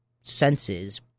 senses